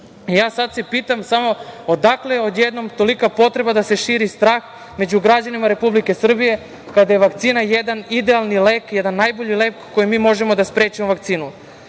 Sada se pitam samo, odakle odjednom tolika potreba da se širi strah među građanima Republike Srbije kada je vakcina jedan idealni lek, jedan najbolji lek kojim mi možemo da sprečimo vakcinu.